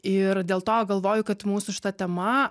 ir dėl to galvoju kad mūsų šita tema